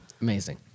Amazing